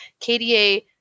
KDA